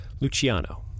Luciano